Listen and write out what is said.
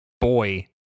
boy